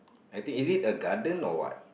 I think is it a garden or what